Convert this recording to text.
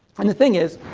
and the thing is,